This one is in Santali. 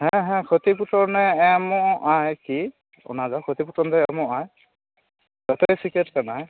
ᱦᱮᱸ ᱦᱮᱸ ᱠᱷᱚᱛᱤ ᱯᱩᱨᱚᱱᱮ ᱮᱢᱚᱜ ᱟᱭ ᱠᱤ ᱚᱱᱟ ᱫᱚ ᱠᱷᱚᱛᱤ ᱯᱩᱨᱚᱱ ᱫᱚᱭ ᱮᱢᱚᱜ ᱟᱭ ᱡᱚᱛᱚᱭ ᱥᱤᱠᱟᱹᱨ ᱟᱠᱟᱱᱟ